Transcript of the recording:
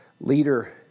leader